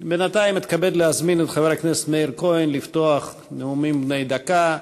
בינתיים אתכבד להזמין את חבר הכנסת מאיר כהן לפתוח נאומים בני דקה.